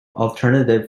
alternative